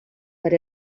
per